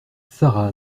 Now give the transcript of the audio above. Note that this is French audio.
sara